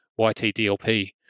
YTDLP